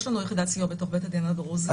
יש לנו יחידת סיוע בתוך בית הדין הדרוזי.